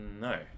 No